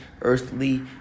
earthly